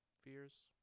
Fears